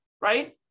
right